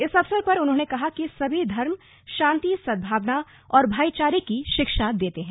इस अवसर पर उन्होंने कहा कि सभी धर्म शांति सदभावना और भाईचारे की शिक्षा देते हैं